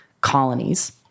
colonies